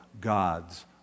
God's